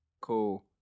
Cool